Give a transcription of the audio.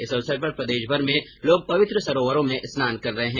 इस अवसर पर प्रदेशभर में लोग पवित्र सरोवरों में स्नान कर रहे है